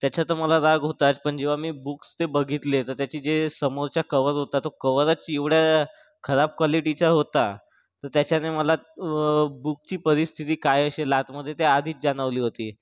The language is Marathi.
त्याच्या तर मला राग होताच पण जेव्हा मी बुक्स ते बघितले तर त्याचे जे समोरचा कव्हर होता तो कव्हरच एवढ्या खराब क्वालिटीचा होता तर त्याच्याने मला बुकची परिस्थिती काय असेल आतमध्ये ते आधीच जाणवली होती